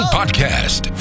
Podcast